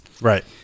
right